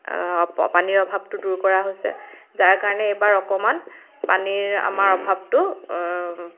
পানীৰ অভাৱটো দূৰ কৰা হৈছে যাৰ কাৰণে এইবাৰ অকণমান পানীৰ আমাৰ অভাৱটো